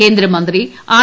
കേന്ദ്ര മന്ത്രി ആർ